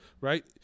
right